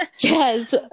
Yes